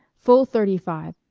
full thirty-five,